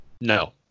No